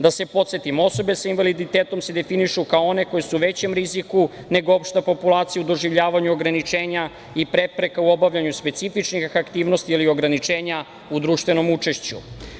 Da se podsetimo, osobe sa invaliditetom se definišu kao one koje su u većem riziku nego opšta populacija u doživljavanju ograničenja i prepreka u obavljanju specifičnih aktivnosti ili ograničenja u društvenom učešću.